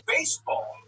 Baseball